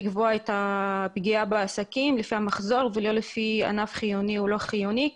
לקבוע את הפגיעה בעסקים לפי המחזור ולא לפי ענף חיוני או לא חיוני,